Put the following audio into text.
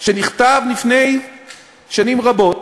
שנכתב לפני שנים רבות,